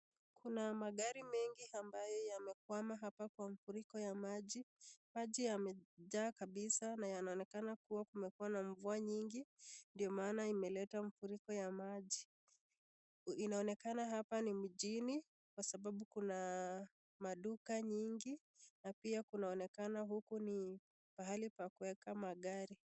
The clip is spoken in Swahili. Kuna magari mengi ambayo yamekwama kwa mafuriko ya maji kwani yamejaa kabisa na yanaonekana kuwa kumekua na mvua nyingi na hivyo kukawa na mafuriko ya maji. Inaonekana hapa ni mjini kwa sababu kuna maduka nyingi na pia kunaonekana ni mahali pa kuweka magari.